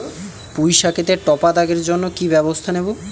পুই শাকেতে টপা দাগের জন্য কি ব্যবস্থা নেব?